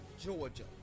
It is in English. Georgia